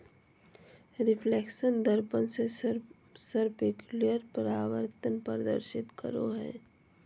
reflection दर्पण से specular परावर्तन प्रदर्शित करो हइ